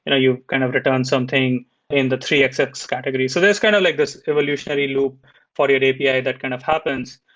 and you kind of return something in the three xx xx category. so there's kind of like this evolutionary loop for your api that kind of happens.